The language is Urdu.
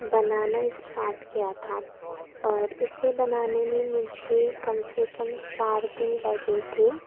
بنانا اسٹارٹ کیا تھا اور اسے بنانے میں مجھے کم سے کم چار دن لگے تھے